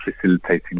facilitating